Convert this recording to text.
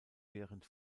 während